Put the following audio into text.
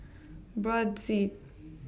Brotzeit